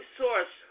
source